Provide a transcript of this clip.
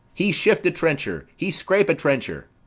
he shift a trencher! he scrape a trencher!